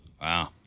Wow